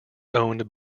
owned